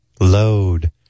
load